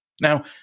Now